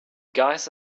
guys